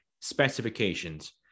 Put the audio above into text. specifications